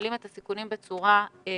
מנהלים את הסיכונים בצורה שונה,